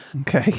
Okay